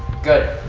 good.